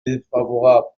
défavorable